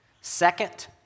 Second